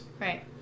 Right